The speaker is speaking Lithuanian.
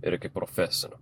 ir iki profesinių